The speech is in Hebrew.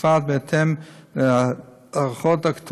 שהוא עסק רגיל, נקבעת בהתאם להערכות אקטואריות